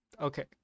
okay